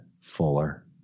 Fuller